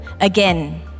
again